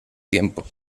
tiempo